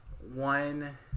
one